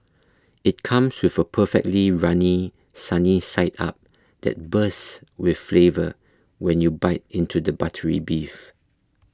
it comes with a perfectly runny sunny side up that bursts with flavour when you bite into the buttery beef